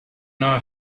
know